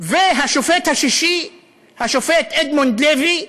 והשופט השישי, השופט אדמונד לוי,